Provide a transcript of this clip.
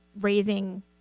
raising